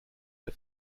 the